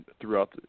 throughout